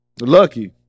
lucky